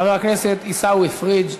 חבר הכנסת עיסאווי פריג'